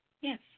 Yes